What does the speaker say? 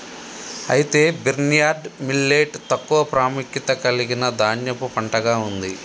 అయితే barnyard millet తక్కువ ప్రాముఖ్యత కలిగిన ధాన్యపు పంటగా ఉంది